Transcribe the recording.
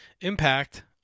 Impact